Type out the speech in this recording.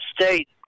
State